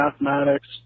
mathematics